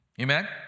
Amen